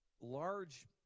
large